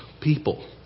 people